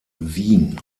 wien